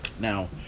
Now